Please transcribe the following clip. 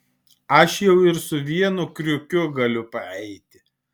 aš jau ir su vienu kriukiu galiu paeiti